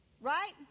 Right